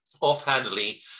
offhandedly